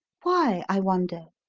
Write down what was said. why, i wonder?